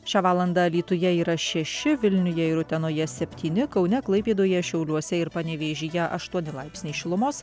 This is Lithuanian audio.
šią valandą alytuje yra šeši vilniuje ir utenoje septyni kaune klaipėdoje šiauliuose ir panevėžyje aštuoni laipsniai šilumos